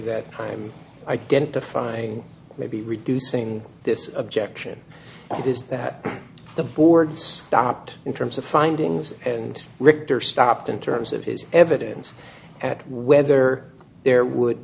that time identifying maybe reducing this objection is that the board stopped in terms of fine endings and richter stopped in terms of his evidence at whether there would